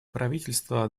правительства